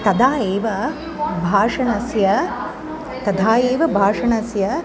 तदा एव भाषणस्य तदा एव भाषणस्य